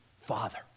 Father